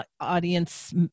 audience